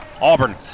Auburn